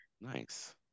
Nice